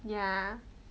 ya